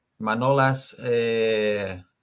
Manolas